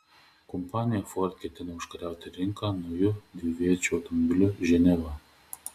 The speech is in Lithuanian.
kompanija ford ketina užkariauti rinką nauju dviviečiu automobiliu ženeva